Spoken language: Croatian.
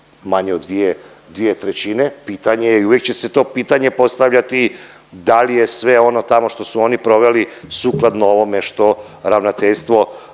manje od dvije trećine. Pitanje je i uvijek će se to pitanje postavljati da li je sve ono tamo što su oni proveli sukladno ovome što ravnateljstvo